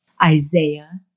Isaiah